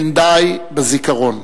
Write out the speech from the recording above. אין די בזיכרון.